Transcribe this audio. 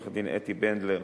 עורכת-הדין אתי בנדלר,